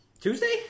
Tuesday